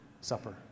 Supper